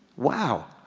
wow,